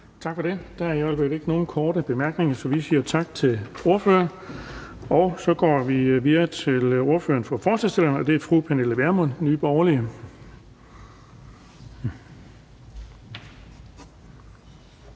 Tak for det. Der er ikke nogen korte bemærkninger, så vi siger tak til ordføreren. Og så går vi videre til ordføreren for forslagsstillerne, og det er fru Pernille Vermund, Nye Borgerlige.